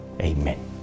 Amen